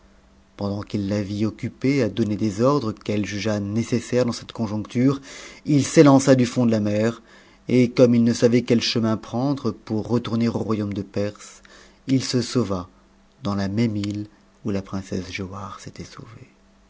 pendant qu'i a vit occupée à donner des ordres qu'elle jugea nécessaires dans cette conjoncture il s'élança du fond de la mer et comme il ne savait quel chemin prendre pour retourner au royaume de perse il se sauva dans la même me où la princesse giaubare s'était sauvée